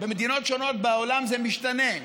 במדינות שונות בעולם זה משתנה.